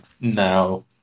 No